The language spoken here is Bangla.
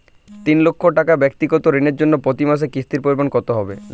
তিন লক্ষ টাকা ব্যাক্তিগত ঋণের জন্য প্রতি মাসে কিস্তির পরিমাণ কত হবে?